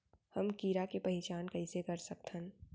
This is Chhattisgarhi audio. हम कीड़ा के पहिचान कईसे कर सकथन